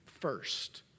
first